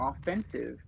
offensive